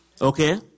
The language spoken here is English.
Okay